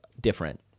different